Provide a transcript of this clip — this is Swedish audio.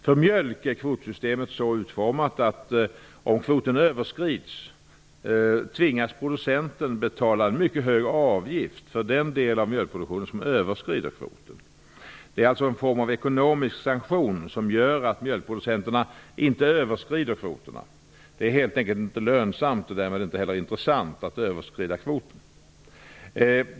För mjölk är kvotsystemet så utformat, att om kvoten överskrids tvingas producenten betala en mycket hög avgift för den del av mjölkproduktionen som överskrider kvoten. Det är alltså en form av ekonomisk sanktion som gör att mjölkproducenterna inte överskrider kvoterna. Det är helt enkelt inte lönsamt och därmed inte heller intressant att överskrida kvoten.